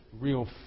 real